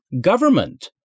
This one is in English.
Government